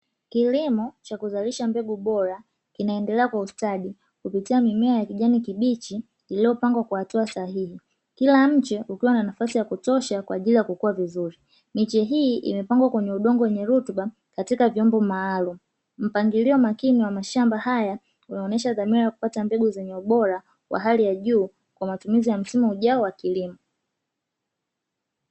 Kilimo cha kuzalisha mbegu bora, kinaendelea kwa ustadi kupitia mimea ya kijani kibichi iliyopangwa kwa hatua sahihi, kila mche ukiwa na nafasi ya kutosha kwa ajili ya kukua vizuri. Miche hii imepandwa kwenye udongo wenye rutuba katika vyombo maalumu, mpangilio makini wa mashamba haya unaonyesha dhamira ya kupata mbegu zenye ubora wa hali ya juu, kwa matumizi wa msimu ujao wa kilimo.